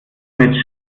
mit